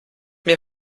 mir